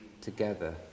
together